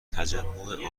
تجمع